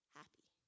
happy